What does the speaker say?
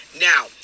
Now